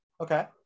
Okay